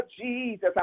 Jesus